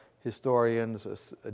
historians